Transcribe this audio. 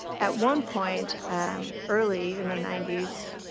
at one point early in the ninety s,